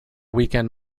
weekend